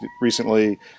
recently